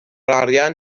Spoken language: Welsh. arian